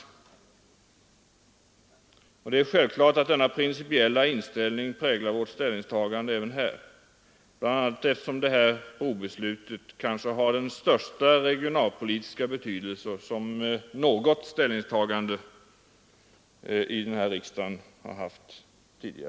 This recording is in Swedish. Denna principiella inställning präglar vårt ställningstagande även här, bl.a. därför att detta brobeslut kanske har den största regionalpolitiska betydelse som ett sådant ställningstagande här någonsin har haft.